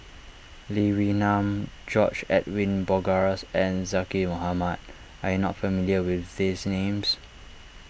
Lee Wee Nam George Edwin Bogaars and Zaqy Mohamad are you not familiar with these names